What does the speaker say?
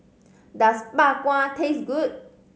does Bak Kwa taste good